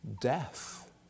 death